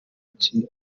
ikigo